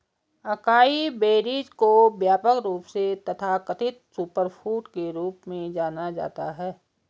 acai berries को व्यापक रूप से तथाकथित सुपरफूड के रूप में जाना जाता है